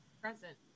Present